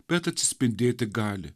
bet atsispindėti gali